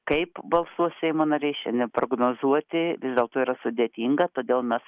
kaip balsuos seimo nariai šiandien prognozuoti vis dėlto yra sudėtinga todėl mes